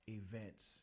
events